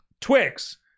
Twix